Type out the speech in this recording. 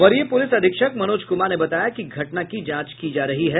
वरीय पुलिस अधीक्षक मनोज कुमार ने बताया कि घटना की जांच की जा रही है